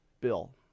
bill